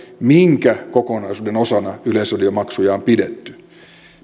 minkä kokonaisuuden osana yleisradiomaksuja on pidetty